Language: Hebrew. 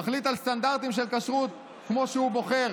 מחליט על סטנדרטים של כשרות כמו שהוא בוחר,